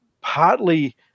partly